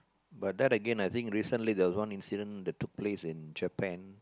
but then Again I think recently there was one incident that took place in Japan